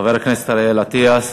חבר הכנסת אריאל אטיאס,